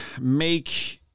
make